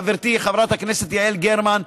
חברתי חברת הכנסת יעל גרמן,